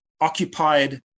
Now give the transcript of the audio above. occupied